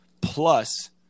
plus